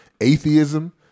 atheism